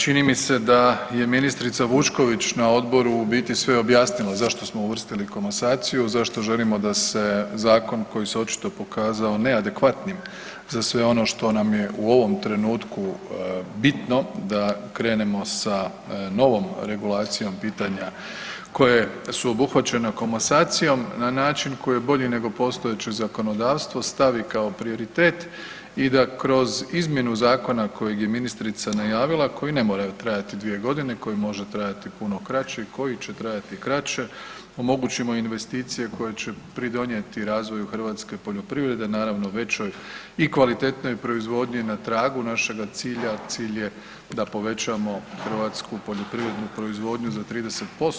Čini mi se da je ministrica Vučković na odboru u biti sve objasnila zašto smo uvrstili komasaciju, zašto želimo da se zakon koji se očito pokazao neadekvatnim za sve ono što nam je u ovom trenutku bitno, da krenemo sa novom regulacijom pitanja koje su obuhvaćena komasacijom na način koji je bolji nego postojeće zakonodavstvo stavi kao prioritet i da kroz izmjenu zakona kojeg je ministrica najavila, koji ne mora trajati dvije godine, koji može trajati puno kraće i koji će trajati kraće, omogući investicije koje će pridonijeti razvoju hrvatske poljoprivrede, naravno, većoj i kvalitetnijoj proizvodnji, na tragu našega cilja, a cilj je da povećamo hrvatsku poljoprivrednu proizvodnju za 30%